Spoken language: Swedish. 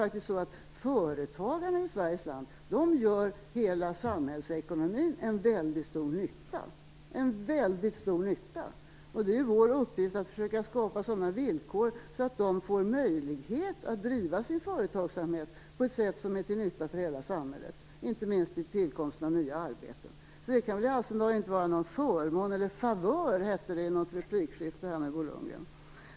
Men företagarna gör ju en väldigt stor nytta för hela samhällsekonomin. Det är vår uppgift att försöka att skapa sådana villkor att de får möjlighet att driva sina företag på ett sätt som är till nytta för hela samhället, inte minst vid tillkomsten av nya arbeten. Det kan alltså inte vara fråga om någon förmån eller favör, som det talades om i replikskiftet med Bo Lundgren.